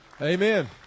Amen